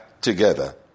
together